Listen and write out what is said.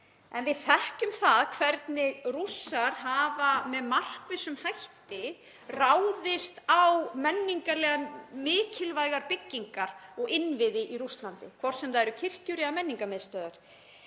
En við þekkjum það hvernig Rússar hafa með markvissum hætti ráðist á menningarlega mikilvægar byggingar og innviði í Rússlandi, hvort sem það eru kirkjur eða menningarmiðstöðvar,